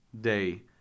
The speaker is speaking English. day